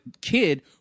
kid